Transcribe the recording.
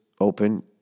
open